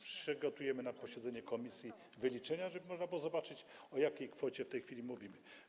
Przygotujemy na posiedzenie komisji wyliczenia, żeby można było zobaczyć, o jakiej kwocie w tej chwili mówimy.